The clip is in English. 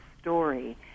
story